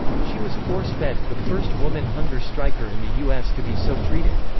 she was force-fed, the first woman hunger striker in the us to be so treated.